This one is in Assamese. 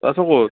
তই আছ ক'ত